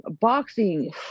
boxing